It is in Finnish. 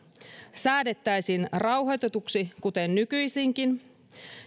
säädettäisiin rauhoitetuksi kuten nykyisinkin